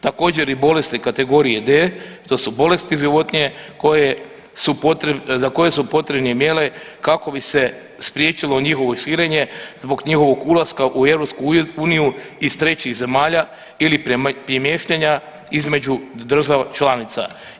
Također i bolesti kategorije D, to su bolesti životinje koje su, za koje su potrebne mjere kako bi se spriječilo njihovo širenje zbog njihovog ulaska u EU iz trećih zemalja ili premještanja između država članica.